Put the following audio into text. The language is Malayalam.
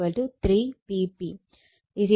3 Vp Ip cos